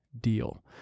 deal